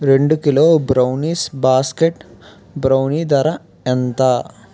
రెండు kilo brownies basket brownie ధర ఎంత